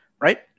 Right